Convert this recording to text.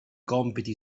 compiti